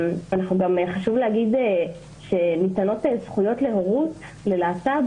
חשוב גם להגיד שניתנות זכויות להורות ללהט"ב